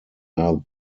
are